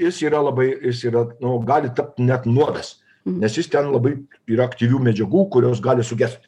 jis yra labai jis yra nu gali tapt net nuodas nes jis ten labai yra aktyvių medžiagų kurios gali sugest